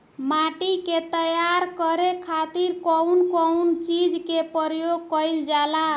माटी के तैयार करे खातिर कउन कउन चीज के प्रयोग कइल जाला?